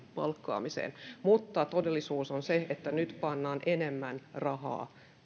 palkkaamiseen mutta todellisuus on se että nyt pannaan enemmän rahaa